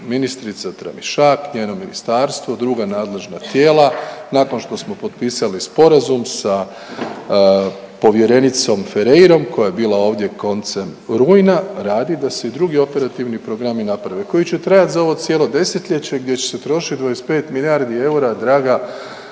ministrica Tramišak njeno ministarstvo, druga nadležna tijela nakon što smo potpisali sporazum sa povjerenicom Fereirom koja je bila ovdje koncem rujna radi da se i drugi operativni programi naprave koji će trajat za ovo cijelo desetljeće gdje će se trošiti 25 milijardi eura draga